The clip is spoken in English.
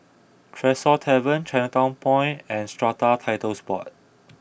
Tresor Tavern Chinatown Point and Strata Titles Board